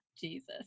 Jesus